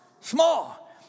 small